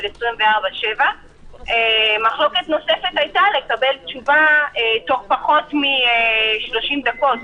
24/7. מחלוקת נוספת היתה לקבל תשובה תוך פחות מ-30 דקות.